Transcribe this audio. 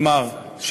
כלומר,